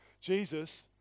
Jesus